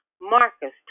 Marcus